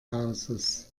hauses